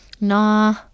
Nah